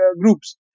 groups